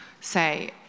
say